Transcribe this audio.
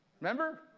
Remember